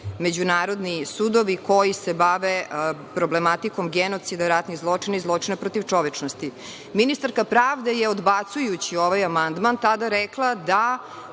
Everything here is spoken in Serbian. međunarodni sudovi koji se bave problematikom genocida, ratnih zločina i zločina protiv čovečnosti. Ministarka pravde je odbacujući ovaj amandman tada rekla da